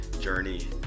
journey